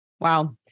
Wow